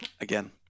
again